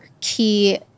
key